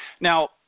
Now